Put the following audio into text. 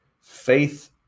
faith